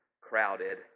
crowded